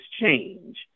change